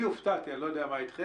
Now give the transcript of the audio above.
אני הופתעתי, אני לא יודע מה אתכם.